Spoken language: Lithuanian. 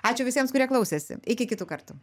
ačiū visiems kurie klausėsi iki kitų kartų